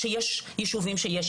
שיש ישובים שיש,